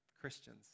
Christians